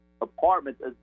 apartments